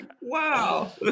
Wow